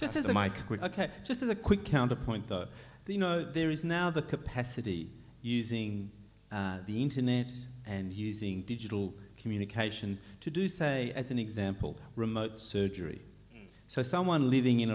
just as my quit just as a quick counterpoint that you know there is now the capacity using the internet and using digital communication to do say as an example remote surgery so someone living in